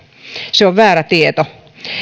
se on väärä tieto